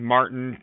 Martin